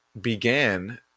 began